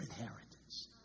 inheritance